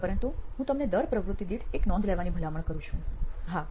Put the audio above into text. પરંતુ હું તમને દર પ્રવૃત્તિ દીઠ એક નોંધ લેવાની ભલામણ કરું છું હા